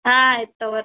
ಹಾಂ ಆಯ್ತು ತಗೋ ರೀ